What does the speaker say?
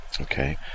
okay